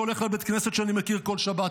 שהולך לבית כנסת שאני מכיר כל שבת,